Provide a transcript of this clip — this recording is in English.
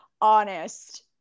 honest